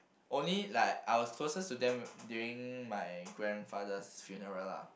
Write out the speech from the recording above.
only like I was closest to them during my grandfather's funeral lah